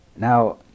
Now